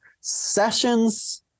sessions